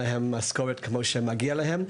אין להם משכורת כפי שמגיע להם.